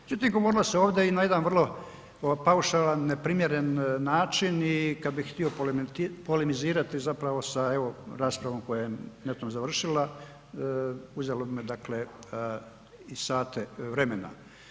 Međutim govorilo se ovdje i na jedan vrlo paušalan, neprimjeren način i kada bih htio polemizirati zapravo sa evo raspravom koja je netom završila uzelo bi mi dakle i sate vremena.